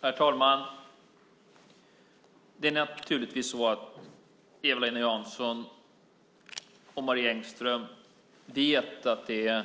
Herr talman! Eva-Lena Jansson och Marie Engström vet naturligtvis att det är